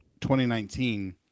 2019